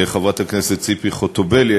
חברת הכנסת ציפי חוטובלי,